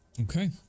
Okay